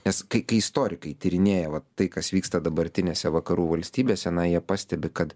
nes kai kai istorikai tyrinėja va tai kas vyksta dabartinėse vakarų valstybėse na jie pastebi kad